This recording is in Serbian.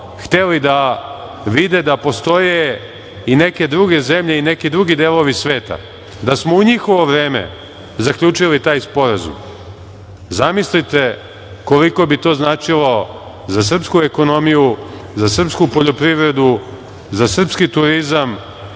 hteli da vide da postoje i neke druge zemlje i neki drugi delovi sveta, da smo u njihovo vreme zaključili taj sporazum, zamislite koliko bi to značilo za srpsku ekonomiju, za srpsku poljoprivredu, za srpski turizam,